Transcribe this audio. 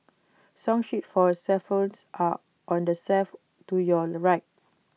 song sheets for xylophones are on the shelf to your right